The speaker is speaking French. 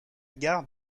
gare